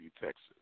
Texas